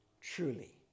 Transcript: truly